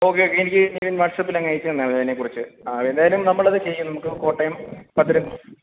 okay okay എനിക്ക് നിവിൻ വാട്സാപ്പിൽ അങ്ങ് അയച്ച് തന്നാൽ മതി അതിനെക്കുറിച്ച് ആ എന്തായാലും നമ്മൾ ഇത് ചെയ്യും നമുക്ക് കോട്ടയം പത്തനം